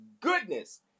goodness